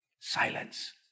Silence